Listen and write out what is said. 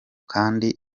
kandi